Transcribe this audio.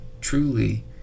truly